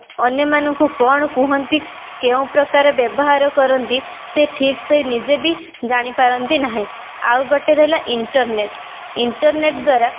ଅନ୍ୟମାନଙ୍କୁ କ'ଣ କୁହନ୍ତି କେଉଁ ପ୍ରକାର ବ୍ୟବହାର କରନ୍ତି ସେ ଠିକସେ ନିଜେ ବି ଜାଣିପାରନ୍ତି ନାହିଁ ଆଉ ଗୋଟେ ରହିଲା ଇଣ୍ଟର୍ନେଟ ଇଣ୍ଟର୍ନେଟ ଦ୍ବାରା